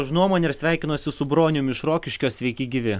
už nuomonę ir sveikinosi su broniumi iš rokiškio sveiki gyvi